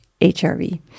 HRV